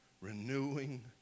renewing